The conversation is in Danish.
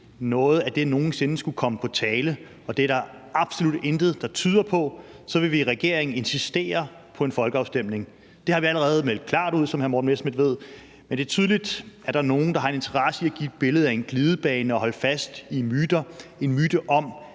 noget af det nogen sinde skulle komme på tale – og det er der absolut intet der tyder på – så vil vi i regeringen insistere på en folkeafstemning. Det har vi allerede meldt klart ud, som hr. Morten Messerschmidt ved, men det er tydeligt, at der er nogle, der har en interesse i at give et billede af en glidebane og holde fast i en myte om,